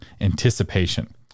anticipation